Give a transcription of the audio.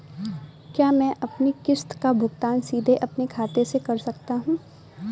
क्या मैं अपनी किश्त का भुगतान सीधे अपने खाते से कर सकता हूँ?